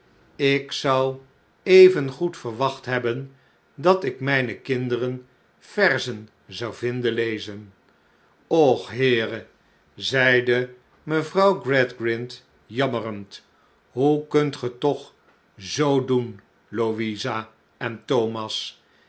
ik zou evengoed verwacht hebben dat ik mijne kinderen verzen zou vinden lezen och heere zeide mevrouw gradgrind jammerend hoe kunt ge toch zoo doen louisa en thomas